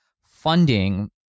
funding